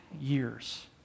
years